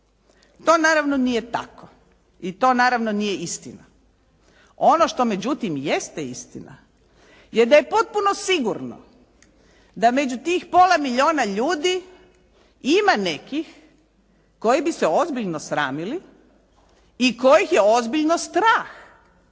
To naravno nije tako i to naravno nije istina. Ono što međutim jeste istina je da je potpuno sigurno da među tih pola milijuna ljudi ima nekih koji bi se ozbiljno sramili i kojih je ozbiljno strah